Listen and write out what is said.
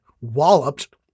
walloped